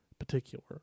particular